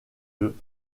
eux